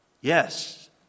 Yes